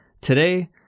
Today